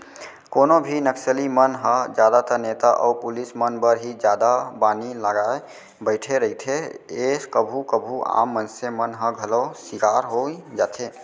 कोनो भी नक्सली मन ह जादातर नेता अउ पुलिस मन बर ही जादा बानी लगाय बइठे रहिथे ए कभू कभू आम मनसे मन ह घलौ सिकार होई जाथे